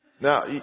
Now